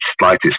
slightest